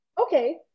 Okay